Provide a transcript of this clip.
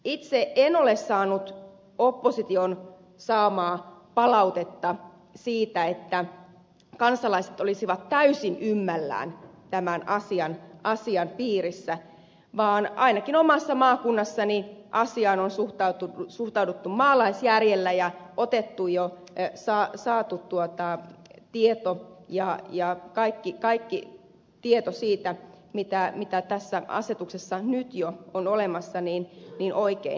itse en ole saanut opposition saamaa palautetta siitä että kansalaiset olisivat täysin ymmällään tämän asian piirissä vaan ainakin omassa maakunnassani asiaan on suhtauduttu maalaisjärjellä ja on otettu jo kaikki tieto siitä mitä tässä asetuksessa nyt jo on olemassa oikein vastaan